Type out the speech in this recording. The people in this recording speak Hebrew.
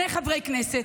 בראשות שני חברי כנסת,